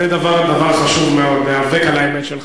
זה דבר חשוב מאוד, להיאבק על האמת שלך.